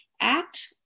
Act